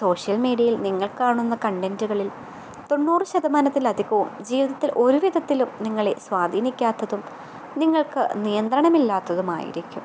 social മീഡ്യയിൽ നിങ്ങൾ കാണുന്ന കണ്ടെൻറ്റ്കളിൽ തൊണ്ണൂറുശതമാനത്തിലധികവും ജീവിതത്തിൽ ഒരുവിധത്തിലും നിങ്ങളിൽ സ്വാധീനിക്കാത്തതും നിങ്ങൾക്ക് നിയന്ത്രണമില്ലാത്തതുമായിരിക്കും